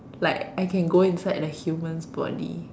like I can go inside the human's body